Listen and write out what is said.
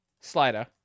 Slider